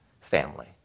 family